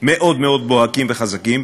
מאוד מאוד בוהקים וחזקים,